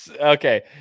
Okay